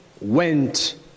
went